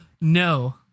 No